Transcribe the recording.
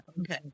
Okay